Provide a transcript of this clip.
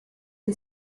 who